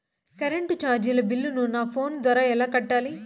Current చార్జీల బిల్లును, నా ఫోను ద్వారా ఎలా కట్టాలి?